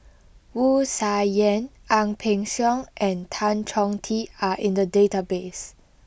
Wu Tsai Yen Ang Peng Siong and Tan Chong Tee are in the database